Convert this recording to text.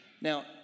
Now